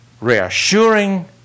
Reassuring